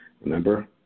Remember